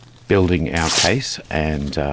building our case, and